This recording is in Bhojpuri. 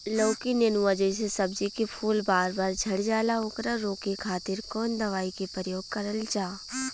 लौकी नेनुआ जैसे सब्जी के फूल बार बार झड़जाला ओकरा रोके खातीर कवन दवाई के प्रयोग करल जा?